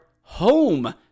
home